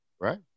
right